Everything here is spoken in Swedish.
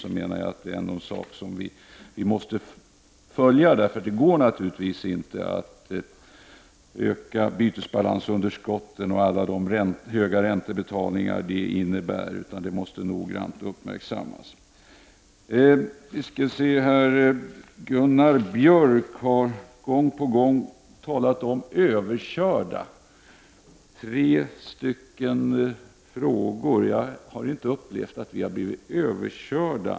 Det är inte möjligt att öka bytesbalansunderskotten med de höga räntebetalningar som sådana innebär. Detta måste alltså noggrant uppmärksammas. Gunnar Björk har gång på gång talat om att vi blivit överkörda i tre frågor. Jag har inte upplevt att vi har blivit överkörda.